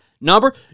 number